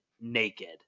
naked